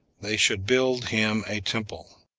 they should build him a temple.